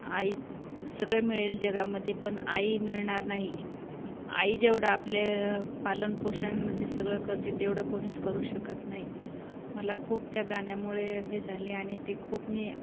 आई सगळे मिळेल जगामध्ये पण आई मिळणार नाही आई जेवढं आपले पालनपोषण हे सगळं करते तेवढं कोणीच करू शकत नाही मला खूप त्या गाण्यामुळे हे झाले आणि ते खूप मी